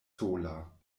sola